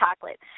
chocolate